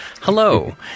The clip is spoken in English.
Hello